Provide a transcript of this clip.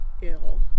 ill